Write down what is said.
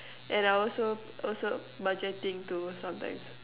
and I also also budgeting too sometimes